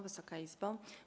Wysoka Izbo!